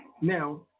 Now